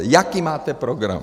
Jaký máte program?